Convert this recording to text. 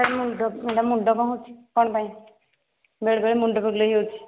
madam ମୁଣ୍ଡ madam ମୁଣ୍ଡ କ'ଣ ହେଉଛି କଣ ପାଇଁ ବେଳେବେଳ ମୁଣ୍ଡ ବୁଲାଇ ହେଉଛି